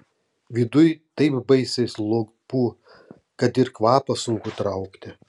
viduj taip baisiai slopu kad ir kvapą sunku traukti